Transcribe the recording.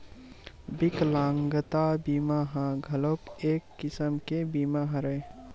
बिकलांगता बीमा ह घलोक एक किसम के बीमा हरय